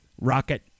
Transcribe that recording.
rocket